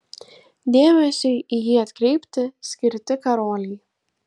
dėmesiui į jį atkreipti skirti karoliai